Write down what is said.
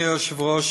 אדוני היושב-ראש,